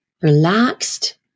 relaxed